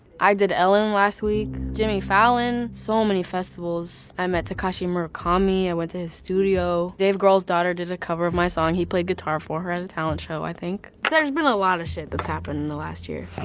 i did ellen last week, jimmy fallon, so many festivals. i met takashi murakami. i went to his studio. dave grohl's daughter did a cover of my song. he played guitar for her at a talent show, i think. there's been a lot of shit that's happened in the last year.